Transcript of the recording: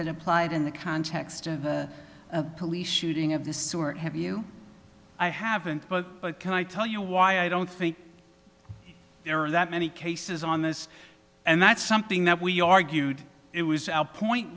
that applied in the context of a police shooting of this sort have you i haven't but can i tell you why i don't think there are that many cases on this and that's something that we argued it was our point